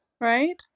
Right